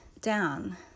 down